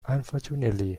unfortunately